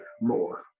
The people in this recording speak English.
more